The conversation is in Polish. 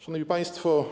Szanowni Państwo!